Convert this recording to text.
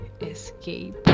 escape